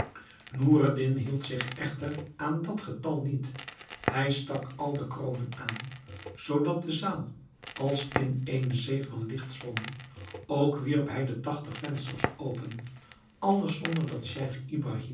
noureddin hield zich echter aan dat getal niet hij stak al de kroonen aan zoodat de zaal als in eene zee van licht zwom ook wierp hij de tachtig vensters open alles zonder dat